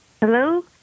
Hello